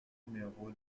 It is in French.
numéro